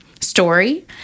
story